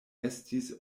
estis